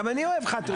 גם אני אוהב חתולים.